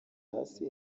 hasi